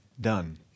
done